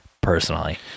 personally